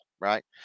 right